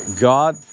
God